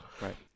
Right